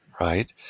right